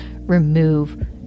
remove